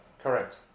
correct